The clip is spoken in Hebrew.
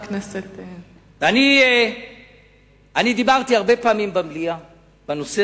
אני דיברתי הרבה פעמים במליאה בנושא